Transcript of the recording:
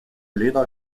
elena